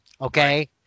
okay